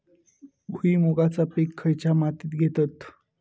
भुईमुगाचा पीक खयच्या मातीत घेतत?